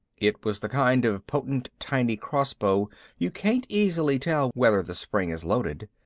it was the kind of potent tiny crossbow you can't easily tell whether the spring is loaded.